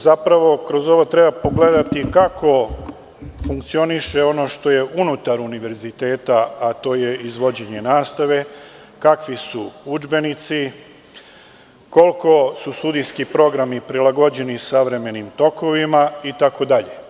Zapravo, kroz ovo treba pogledati kako funkcioniše ono što je unutar univerziteta, a to je izvođenje nastave, kakvi su udžbenici, koliko su studijski programi prilagođeni savremenim tokovima, itd.